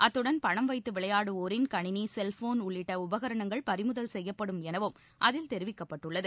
அத்துடன் பணம் வைத்து விளையாடுவோரின் கணினி செல்ஃபோன் போன்ற உபகரணங்கள் பறிமுதல் செய்யப்படும் எனவும் அதில் தெரிவிக்கப்பட்டுள்ளது